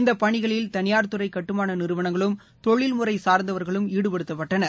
இந்த பணிகளில் தனியார்துறை கட்டுமான நிறுவனங்களும் தொழில்முறை சார்ந்தவர்களும் ஈடுபடுத்தப்பட்டனர்